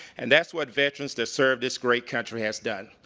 and that's what veterans that serve this great country has done.